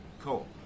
Cool